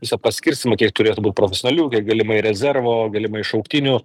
visą paskirstymą kiek turėt būt profesionalių galimai rezervo galimai šauktinių